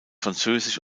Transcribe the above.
französisch